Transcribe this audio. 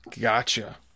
Gotcha